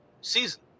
season